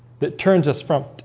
that turns us from